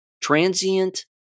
transient